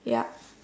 yup